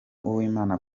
uwimana